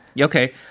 Okay